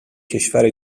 کشور